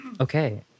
Okay